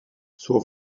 suo